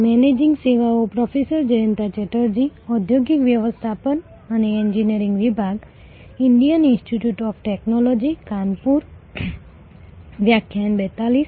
નમસ્કાર 7મા સપ્તાહ માટે અમારા નિષ્કર્ષના વિષયો સેવા પુનઃપ્રાપ્તિ સેવા ફરિયાદ હશે અને સેવા પુનઃપ્રાપ્તિના જેની અમે છેલ્લા સત્રમાં ચર્ચા કરી હતી